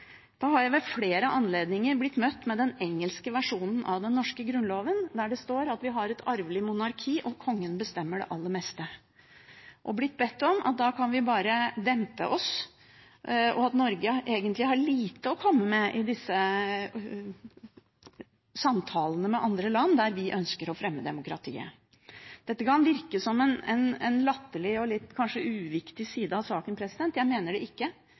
Da har jeg ved flere anledninger blitt møtt med den engelske versjonen av den norske Grunnloven, der det står at vi har et arvelig monarki, og at kongen bestemmer det aller meste. Da har vi blitt bedt om å dempe oss, og man har sagt at Norge egentlig har lite å komme med i disse samtalene med andre land der vi ønsker å fremme demokratiet. Dette kan virke som en latterlig og kanskje litt uviktig side av saken. Jeg mener at det ikke